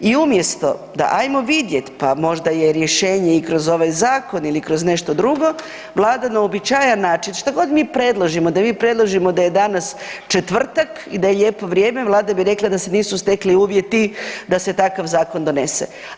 I umjesto da hajmo vidjeti, pa možda je rješenje i kroz ovaj zakon ili kroz nešto drugo Vlada na uobičajen način što god mi predložimo, da mi predložimo da je danas četvrtak i da je lijepo vrijeme Vlada bi rekla da se nisu stekli uvjeti da se takav zakon donese.